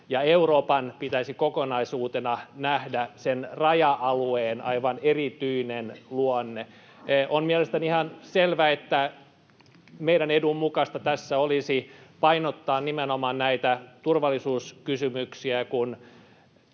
Euroopan pitäisi kokonaisuutena nähdä sen raja-alueen aivan erityinen luonne. On mielestäni ihan selvää, että meidän edun mukaista tässä olisi painottaa nimenomaan näitä turvallisuuskysymyksiä, kun